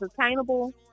attainable